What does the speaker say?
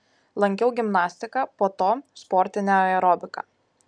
lankiau gimnastiką po to sportinę aerobiką